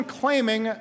claiming